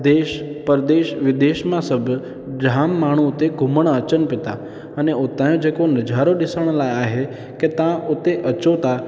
देश परदेश विदेश मां सभु जाम माण्हू हुते घुमण अचनि बि था अने हुतांजो जेको नज़ारो ॾिसण लाइ आहे की तव्हां हुते अचो था